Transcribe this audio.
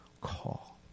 call